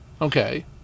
Okay